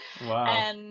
Wow